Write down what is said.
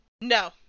No